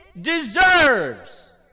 deserves